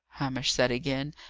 hamish said again,